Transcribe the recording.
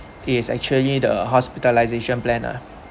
is actually the hospitalisation plan lah